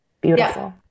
beautiful